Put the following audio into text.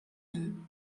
deux